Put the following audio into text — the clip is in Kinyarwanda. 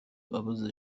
abazize